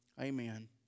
amen